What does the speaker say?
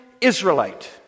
Israelite